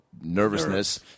nervousness